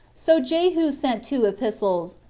so jehu sent two epistles,